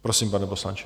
Prosím, pane poslanče.